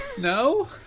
No